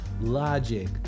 Logic